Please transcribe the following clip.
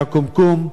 והקומקום,